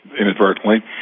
inadvertently